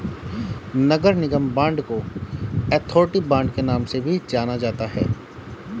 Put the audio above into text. नगर निगम बांड को authority bond के नाम से भी जाना जाता है